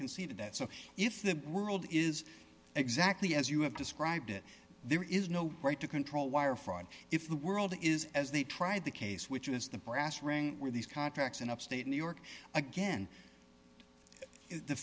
conceded that so if the world is exactly as you have described it there is no right to control wire fraud if the world is as they tried the case which is the brass ring where these contracts in upstate new york again the